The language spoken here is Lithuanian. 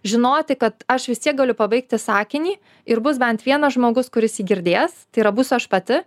žinoti kad aš vis tiek galiu pabaigti sakinį ir bus bent vienas žmogus kuris jį girdės tai yra būsiu aš pati